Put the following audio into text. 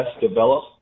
develop